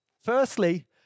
Firstly